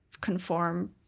conform